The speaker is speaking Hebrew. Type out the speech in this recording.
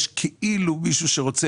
בתקשורת פורסם שיש כאילו מישהו שרוצה